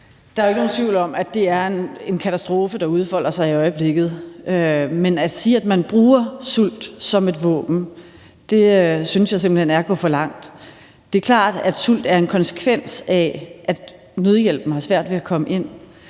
Der er ikke nogen tvivl om, at det er en katastrofe, der udfolder sig i øjeblikket, men at sige, at man bruger sult som et våben, synes jeg simpelt hen er at gå for langt. Det er klart, at sult er en konsekvens af, at nødhjælpen har svært ved at komme ind.